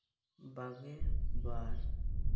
ᱵᱟᱜᱮ ᱵᱟᱨ